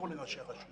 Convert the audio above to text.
תשאירו לראשי הרשויות